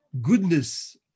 goodness